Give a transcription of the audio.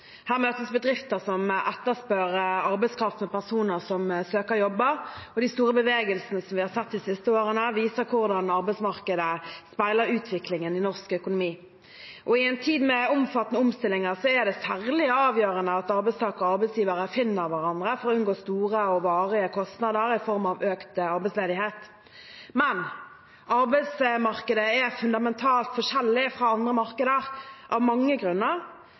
Her møter bedrifter som etterspør arbeidskraft, personer som søker jobber, og de store bevegelsene vi har sett de siste årene, viser hvordan arbeidsmarkedet speiler utviklingen i norsk økonomi. I en tid med omfattende omstillinger er det særlig avgjørende at arbeidstakere og arbeidsgivere finner hverandre for å unngå store og varige kostnader i form av økt arbeidsledighet. Arbeidsmarkedet er fundamentalt forskjellig fra andre markeder av mange grunner